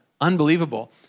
Unbelievable